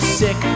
sick